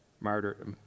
martyr